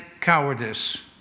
cowardice